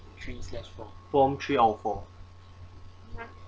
prompt three O four